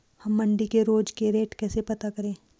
हम मंडी के रोज के रेट कैसे पता करें?